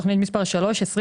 תכנית מספר שלוש, 206303,